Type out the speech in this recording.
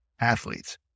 athletes